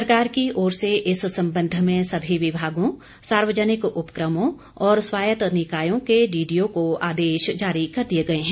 सरकार की ओर से इस संबंध में सभी विभागों सार्यजनिक उपक्रमों और स्वायत निकायों के डीडीओ को आदेश जारी कर दिए गए हैं